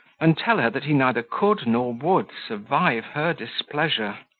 and tell her that he neither could nor would survive her displeasure.